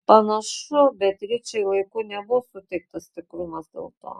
panašu beatričei laiku nebuvo suteiktas tikrumas dėl to